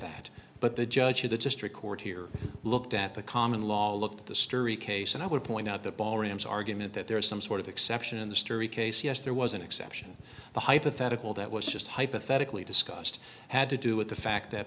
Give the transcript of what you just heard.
that but the judge of the district court here looked at the common law looked at the story case and i would point out the ballrooms argument that there is some sort of exception in the story case yes there was an exception the hypothetical that was just hypothetically discussed had to do with the fact that